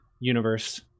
Universe